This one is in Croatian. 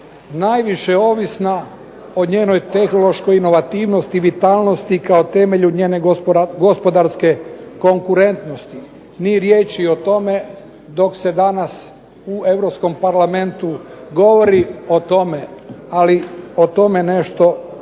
najviše ovisna o njenoj tehnološkoj inovativnosti i vitalnosti kao temelju njene gospodarske konkurentnosti. Ni riječi o tome dok se danas u Europskom parlamentu govori o tome, ali o tome nešto treba